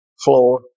floor